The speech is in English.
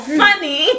funny